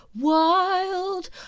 wild